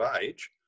age